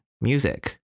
music